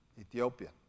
Ethiopian